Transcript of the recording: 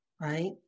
right